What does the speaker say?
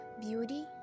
beauty